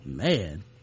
man